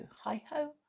Hi-ho